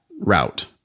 route